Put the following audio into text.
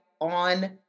on